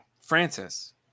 francis